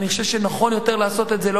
אני חושב שנכון יותר לעשות את זה לא